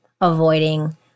avoiding